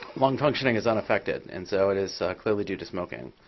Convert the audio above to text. lung functioning is unaffected. and so it is clearly due to smoking.